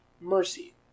Mercy